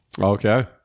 Okay